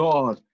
God